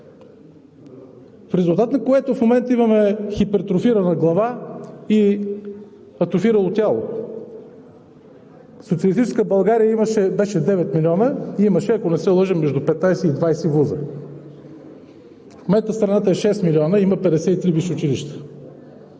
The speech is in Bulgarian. В резултат на което в момента имаме хиператрофирала глава и атрофирало тяло. Социалистическа България беше 9 милиона и имаше, ако не се лъжа, между 15 и 20 ВУЗ-а. В момента страната е 6 милиона и има 53 висши училища.